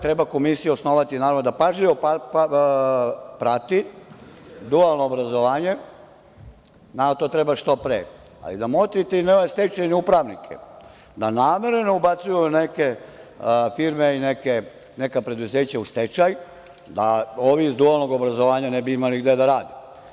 Treba komisiju osnovati da pažljivo prati dualno obrazovanje, to treba što pre, ali i da motri na stečajne upravnike, da namerno ne ubacuju neke firme i neka preduzeća u stečaj, da ovi iz dualnog obrazovanja ne bi imali gde da rade.